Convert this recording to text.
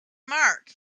mark